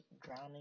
drowning